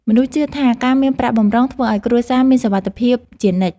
មនុស្សជឿថា ការមានប្រាក់បម្រុងធ្វើឱ្យគ្រួសារមានសុវត្ថិភាពជានិច្ច។